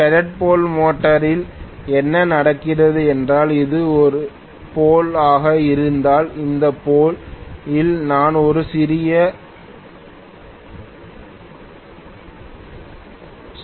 shaded pole மோட்டாரில் என்ன நடக்கிறது என்றால் இது ஒரு போல் ஆக இருந்தால் இந்த போல் இல் நான் ஒரு சிறிய புரோட்ரஷன் செய்யப் போகிறேன்